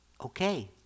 okay